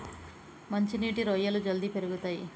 మంచి నీటి రొయ్యలు జల్దీ పెరుగుతయ్